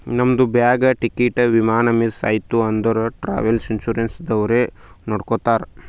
ನಮ್ದು bag, ticket, ವಿಮಾನ miss ಐಯ್ತ ಅಂದುರ್ ಟ್ರಾವೆಲ್ ಇನ್ಸೂರೆನ್ಸ್ ದವ್ರೆ ನೋಡ್ಕೊತ್ತಾರ್